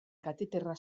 kateterra